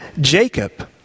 Jacob